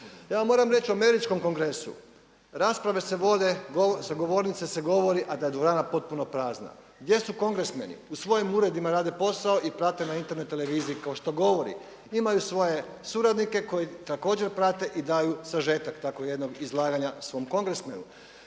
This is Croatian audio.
Ja vam moram reći u američkom Kongresu rasprave se govore, sa govornice se govori a da je dvorana potpuno prazna. Gdje su kongresmeni? U svojim uredima rade posao i prate na Internet televiziji kao što govori. Imaju svoje suradnike koji također prate i daju sažetak tako jednog izlaganja svom kongresmenu.